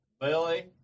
Billy